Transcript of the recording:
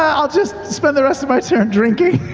um i'll just spend the rest of my turn drinking.